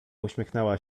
uśmiechnęła